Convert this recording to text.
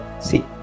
See